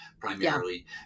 primarily